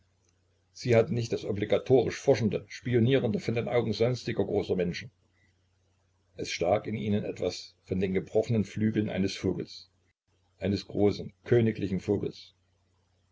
sie hatten nicht das obligatorisch forschende spionierende von den augen sonstiger großer menschen es stak in ihnen etwas von den gebrochenen flügeln eines vogels eines großen königlichen vogels